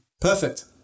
Perfect